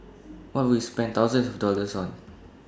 what would you spend thousands of dollars on